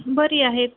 बरी आहेत